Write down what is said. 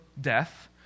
death